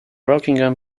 rockingham